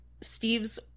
Steve's